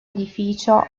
edificio